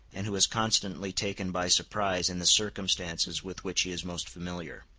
and who is constantly taken by surprise in the circumstances with which he is most familiar.